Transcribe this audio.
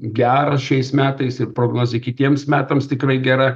geras šiais metais ir prognozė kitiems metams tikrai gera